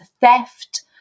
theft